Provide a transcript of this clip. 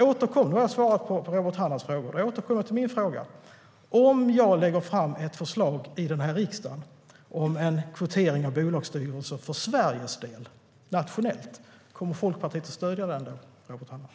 Nu har jag svarat på Robert Hannahs frågor och återkommer till min fråga. Om jag lägger fram ett förslag i riksdagen om kvotering i bolagsstyrelser för Sveriges del, nationellt, kommer Folkpartiet att stödja det då, Robert Hannah?